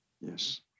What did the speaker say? yes